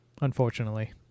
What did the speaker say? Unfortunately